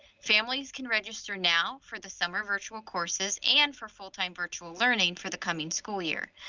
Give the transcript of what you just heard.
families can register now for the summer virtual courses and for full time virtual learning for the coming school year.